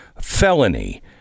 felony